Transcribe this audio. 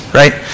right